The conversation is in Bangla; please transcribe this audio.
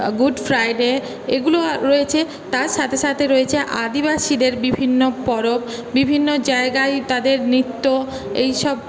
গুড ফ্রাইডে এগুলো রয়েছে তার সাথে সাথে রয়েছে আদিবাসীদের বিভিন্ন পরব বিভিন্ন জায়গায় তাদের নৃত্য এইসব